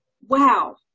wow